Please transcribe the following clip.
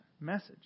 message